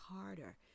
harder